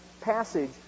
passage